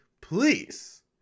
please